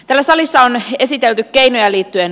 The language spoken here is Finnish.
tällä salissa on esitelty keinoja liittyen